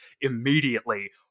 immediately